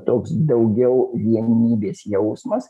toks daugiau vienybės jausmas